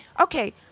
okay